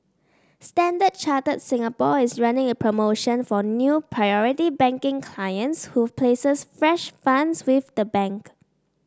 Standard Chartered Singapore is running a promotion for new Priority Banking clients who places fresh funds with the bank